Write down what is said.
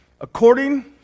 According